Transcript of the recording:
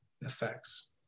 effects